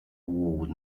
award